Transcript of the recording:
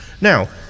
Now